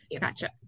gotcha